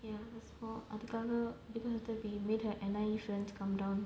ya so அதுக்காக:athukaaga even after they made her N_I_E friends come down